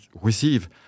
receive